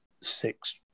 six